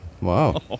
wow